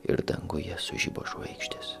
ir danguje sužibo žvaigždės